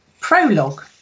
prologue